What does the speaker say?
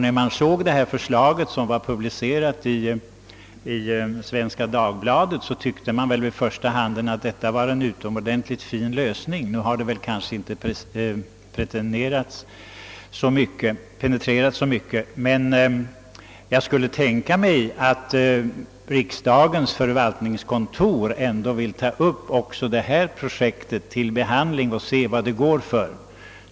När man såg det förslag som publicerades i Svenska Dagbladet tyckte man till en början att det var en mycket fin lösning. Nu har kanske inte detta förslag penetrerats så mycket, men jag förmodar att riksdagens förvaltningskontor också vill ta upp det till behandling och se vad det går för.